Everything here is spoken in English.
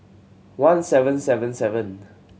one seven seven seven